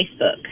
Facebook